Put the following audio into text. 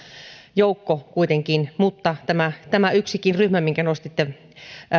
joukko kuitenkin mutta tämä tämä yksikin ryhmä minkä nostitte